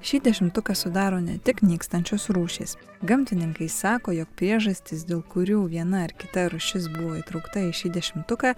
šį dešimtuką sudaro ne tik nykstančios rūšys gamtininkai sako jog priežastis dėl kurių viena ar kita rūšis buvo įtraukta į šį dešimtuką